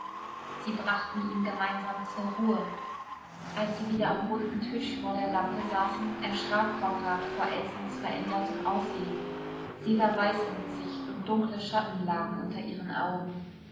sie brachten ihn gemeinsam zur ruhe als sie wieder am runden tisch vor der lampe saßen erschrak konrad vor elsens verändertem aussehen sie war weiß im gesicht und dunkle schatten lagen unter ihren augen